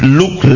look